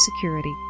security